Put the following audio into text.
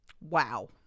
Wow